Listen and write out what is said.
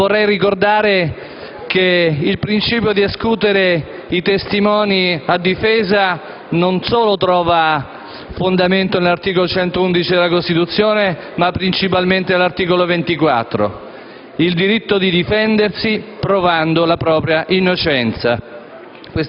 ma vorrei ricordare che il principio di escutere i testimoni a difesa non solo trova fondamento nell'articolo 111 della Costituzione, ma principalmente nell'articolo 24, che contempla il diritto di difendersi provando la propria innocenza.